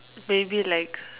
maybe like